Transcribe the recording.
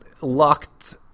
locked